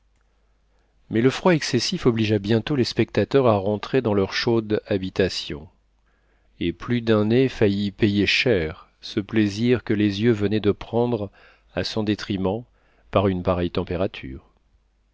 mais le froid excessif obligea bientôt les spectateurs à rentrer dans leur chaude habitation et plus d'un nez faillit payer cher ce plaisir que les yeux venaient de prendre à son détriment par une pareille température